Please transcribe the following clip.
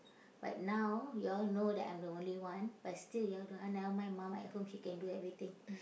but now yo uall know that I'm the only one but still you all don't ah never mind mum at home she can do everything